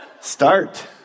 Start